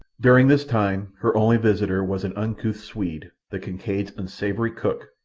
during this time her only visitor was an uncouth swede, the kincaid's unsavoury cook,